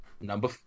Number